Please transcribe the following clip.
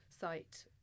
site